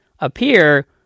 Appear